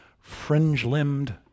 fringe-limbed